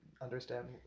understand